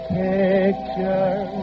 picture